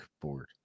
board